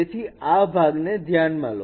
તેથી આ ભાગ ને ધ્યાન માં લો